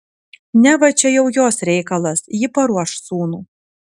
neva čia jau jos reikalas ji paruoš sūnų